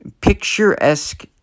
picturesque